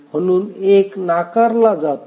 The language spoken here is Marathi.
म्हणून 1 नाकारला जाते